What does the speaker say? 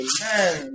Amen